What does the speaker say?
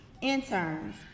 Interns